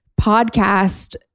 podcast